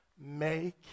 Make